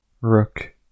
Rook